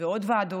ועוד ועדות,